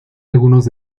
algunos